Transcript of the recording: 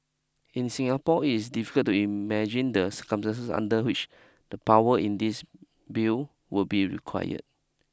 in Singapore it is difficult to imagine the circumstances under which the power in this bill would be required